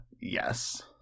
Yes